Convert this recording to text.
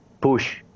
push